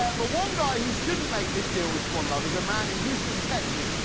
ah but one guy who shouldn't make this deal with swanluv is a man in houston, texas,